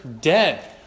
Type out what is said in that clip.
dead